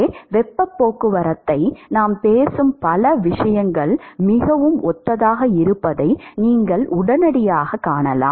எனவே வெப்பப் போக்குவரத்தில் நாம் பேசும் பல விஷயங்கள் மிகவும் ஒத்ததாக இருப்பதை நீங்கள் உடனடியாகக் காணலாம்